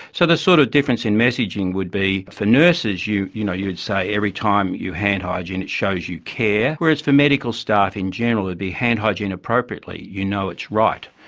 so the sort of difference in messaging would be for nurses you you know you would say every time you hand hygiene it shows you care, whereas for medical staff in general it would be hand hygiene appropriately, you know it's right'.